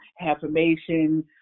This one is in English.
affirmation